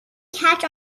catch